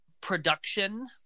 production